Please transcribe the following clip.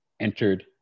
entered